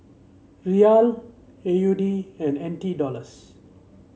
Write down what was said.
Riyal A U D and N T Dollars